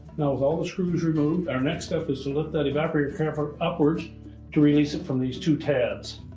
now, with all the screws removed, our next step is to lift that evaporator cover upwards to release it from these two tabs.